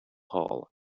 hall